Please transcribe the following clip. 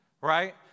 Right